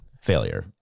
failure